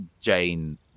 Jane